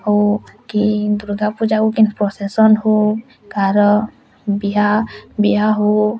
ହଉ କି ଦୁର୍ଗା ପୂଜା ହଉ କି ପ୍ରୋସେସନ୍ ହଉ କାହାର ବିହା ବିହା ହଉ